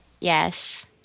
Yes